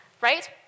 Right